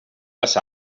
les